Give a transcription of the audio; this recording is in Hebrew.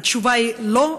התשובה היא לא,